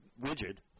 rigid